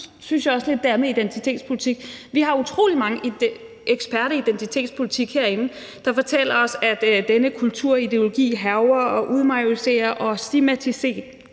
synes jeg også lidt det er med identitetspolitik. Vi har utrolig mange eksperter i identitetspolitik herinde, der fortæller os, at denne kulturideologi hærger og majoriserer og stigmatiserer